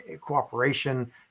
cooperation